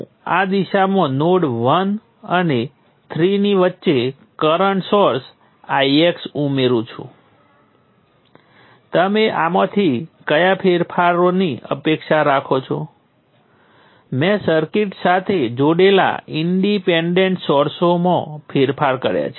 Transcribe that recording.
અને નોડ 1 માટે હું V1 ગુણ્યા G11 વત્તા I12 બરાબર I1 લખીશ નોડ 2 માટે હું માઈનસ I12 વત્તા R22 માંથી પસાર થતો કરંટમાં જે V2 ગુણ્યા G22 વત્તા R13 માંથી પસાર થતો કરંટછે જે મૂળભૂત રીતે તમને V2 ગુણ્યા G13 બાદબાકી V3 ગુણ્યા G13 બરાબર 0 આપે છે